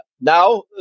now